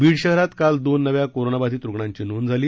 बीड शहरात काल दोन नव्या कोरोनाबाधीत रूग्णांची नोंद झाली